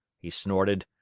he snorted.